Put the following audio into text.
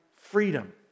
freedom